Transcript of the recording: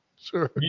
Sure